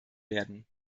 werden